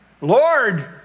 Lord